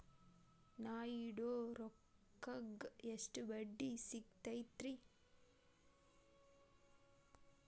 ನಾ ಇಡೋ ರೊಕ್ಕಕ್ ಎಷ್ಟ ಬಡ್ಡಿ ಸಿಕ್ತೈತ್ರಿ?